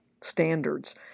standards